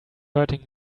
hurting